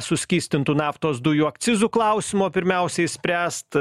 suskystintų naftos dujų akcizų klausimo pirmiausiai spręst